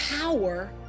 power